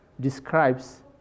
describes